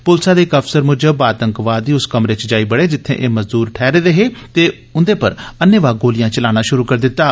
पुलसै दे इक अफसर मुजब आतंकवादी उस कमरे च जाई बड़े जित्थे एह् मजूर ठैहरे दे हे ते उन्दे पर अन्नेवाह गोलियां चलाना शुरू करी दित्ता